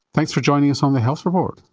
thanks for joining us on the health report.